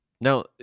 Now